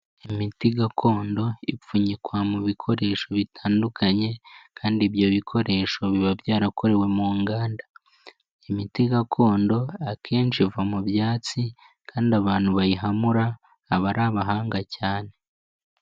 Imiti gakondo ipfunyikwa mu bikoresho bitandukanye, kandi ibyo bikoresho biba byarakorewe mu nganda, imiti gakondo akenshi iva mu byatsi, kandi abantu bayihamura aba ari abahanga cyane.